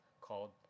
called